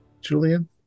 Julian